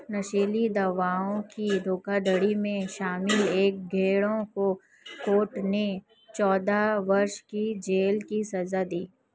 नशीली दवाओं की धोखाधड़ी में शामिल एक गिरोह को कोर्ट ने चौदह वर्ष की जेल की सज़ा दी